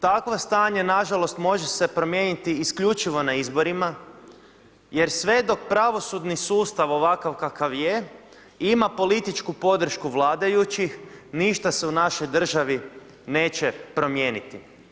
Takvo stanje nažalost može se promijeniti isključivo na izborima jer sve dok pravosudni sustav ovakav kakav je ima političku podršku vladajućih ništa se u našoj državi neće promijeniti.